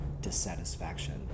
dissatisfaction